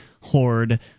horde